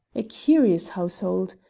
a curious household!